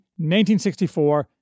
1964